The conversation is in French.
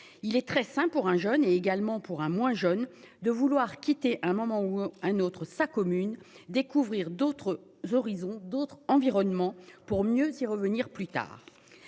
il est très sain pour un jeune est également pour un moins jeune de vouloir quitter à un moment ou un autre, sa commune découvrir d'autres horizons, d'autres environnements pour mieux y revenir plus tard.